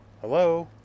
Hello